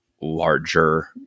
larger